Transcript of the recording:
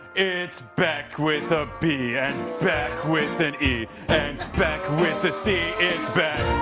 it's beck with a b and beck with an e and beck with a c it's beck